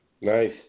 Nice